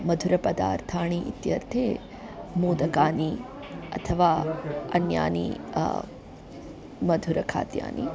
मधुरपदार्थानि इत्यर्थे मोदकानि अथवा अन्यानि मधुरखाद्यानि